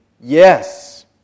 Yes